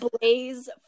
Blaze